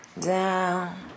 Down